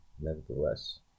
Nevertheless